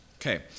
Okay